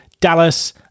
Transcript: Dallas